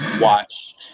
watch